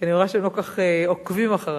כי אני רואה שהם לא כל כך עוקבים אחרי.